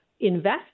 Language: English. invest